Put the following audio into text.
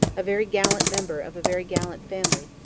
a very gallant member of a very gallant family,